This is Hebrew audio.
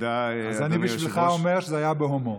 אז אני בשבילך אומר שזה היה בהומור.